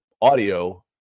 audio